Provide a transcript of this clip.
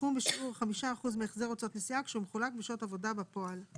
"סכום בשיעור 5% מהחזר הוצאות נסיעה כשהוא מחולק בשעות עבודה בפועל.".